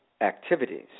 activities